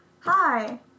hi